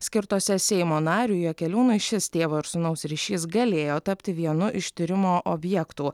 skirtose seimo nariui jakeliūnui šis tėvo ir sūnaus ryšys galėjo tapti vienu iš tyrimo objektų